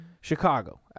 Chicago